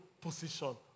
position